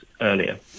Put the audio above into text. earlier